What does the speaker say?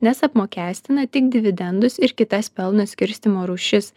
nes apmokestina tik dividendus ir kitas pelno skirstymo rūšis